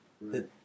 Right